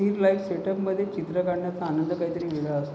स्थिर लाइफ सेटअपमध्ये चित्र काढण्याचा आनंद काहीतरी वेगळा असतो